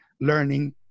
learning